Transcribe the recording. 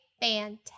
fantastic